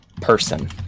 person